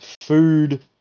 Food